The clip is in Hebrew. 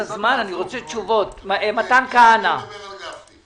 תודה רבה וחג שמח.